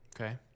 Okay